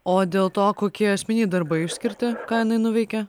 o dėl to kokie esminiai darbai išskirti ką jinai nuveikė